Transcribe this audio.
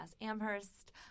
Amherst